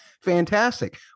fantastic